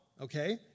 okay